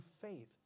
faith